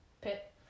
pit